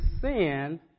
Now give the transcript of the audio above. sin